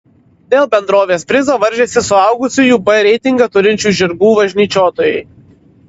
dėl bendrovės prizo varžėsi suaugusiųjų b reitingą turinčių žirgų važnyčiotojai